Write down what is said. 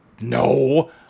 No